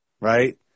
right